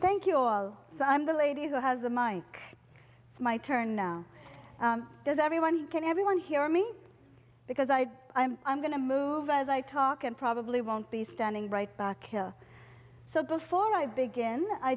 thank you all so i'm the lady who has the mind it's my turn now does everyone can everyone hear me because i i'm i'm going to move as i talk and probably won't be standing right back so before i begin i